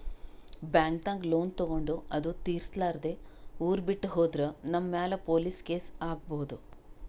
ಬ್ಯಾಂಕ್ದಾಗ್ ಲೋನ್ ತಗೊಂಡ್ ಅದು ತಿರ್ಸಲಾರ್ದೆ ಊರ್ ಬಿಟ್ಟ್ ಹೋದ್ರ ನಮ್ ಮ್ಯಾಲ್ ಪೊಲೀಸ್ ಕೇಸ್ ಆಗ್ಬಹುದ್